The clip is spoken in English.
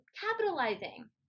capitalizing